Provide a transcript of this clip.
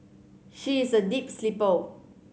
she is a deep sleeper